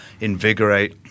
invigorate